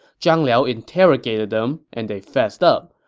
zhang liao interrogated them, and they fessed up.